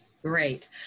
Great